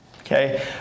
okay